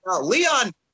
Leon